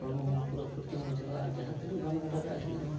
ᱦᱚᱲᱢᱚ ᱦᱚᱸ ᱯᱩᱨᱟᱹ ᱯᱷᱩᱨᱛᱤᱢ ᱵᱩᱡᱷᱟᱹᱣᱟ ᱡᱟᱦᱟᱸ ᱛᱤᱱᱟᱹᱜ ᱵᱟᱱ ᱜᱟᱰᱟ ᱫᱟᱜ ᱦᱤᱡᱩᱜ ᱨᱮᱦᱚᱸ